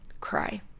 cry